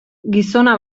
gizona